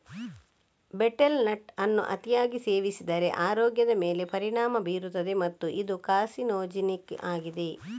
betel nut ಅನ್ನು ಅತಿಯಾಗಿ ಸೇವಿಸಿದರೆ ಆರೋಗ್ಯದ ಮೇಲೆ ಪರಿಣಾಮ ಬೀರುತ್ತದೆ ಮತ್ತು ಇದು ಕಾರ್ಸಿನೋಜೆನಿಕ್ ಆಗಿದೆ